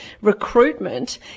recruitment